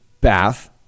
bath